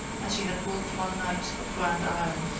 as she had walked one night at grand isle,